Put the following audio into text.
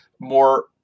more